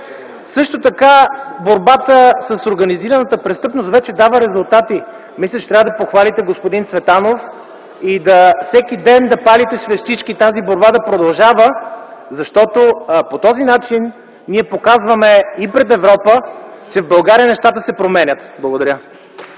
от КБ.) Борбата с организираната престъпност също така вече дава резултати. Мисля, че трябва да похвалите господин Цветанов и всеки ден да палите свещички тази борба да продължава. Защото по този начин ние показваме и пред Европа, че в България нещата се променят. Благодаря.